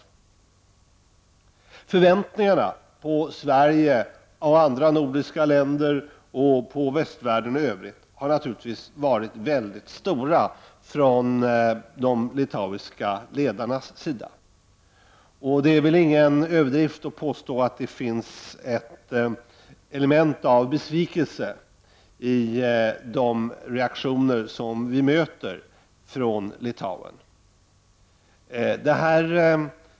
Förväntningarna på Sverige, på andra nordiska länder och på västvärlden i övrigt har naturligtvis varit mycket stora från de litauiska ledarnas sida. Det är väl ingen överdrift att påstå att det finns ett element av besvikelse i de reaktioner vi möter från Litauen.